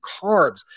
carbs